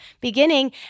beginning